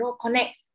connect